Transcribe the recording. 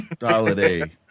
holiday